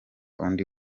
undi